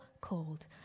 called